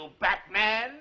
Batman